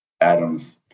Adam's